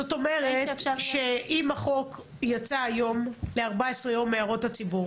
זאת אומרת שאם החוק יצא היום ל-14 יום להערות הציבור